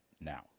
now